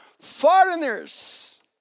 foreigners